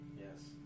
Yes